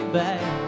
back